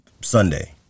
Sunday